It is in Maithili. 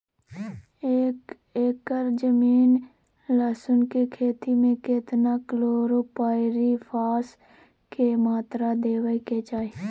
एक एकर जमीन लहसुन के खेती मे केतना कलोरोपाईरिफास के मात्रा देबै के चाही?